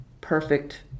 perfect